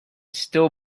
still